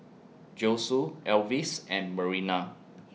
Josue Alvis and Marina